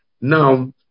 now